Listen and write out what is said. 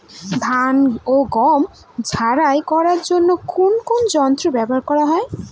ধান ও গম ঝারাই করার জন্য কোন কোন যন্ত্র ব্যাবহার করা হয়?